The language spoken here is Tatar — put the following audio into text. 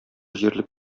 җирлек